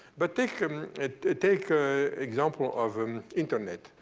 but take um take ah example of and internet.